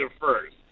first